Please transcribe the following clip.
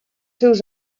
seus